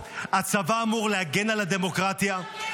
הצבא אמור להגן על הדמוקרטיה --- הוא מגן.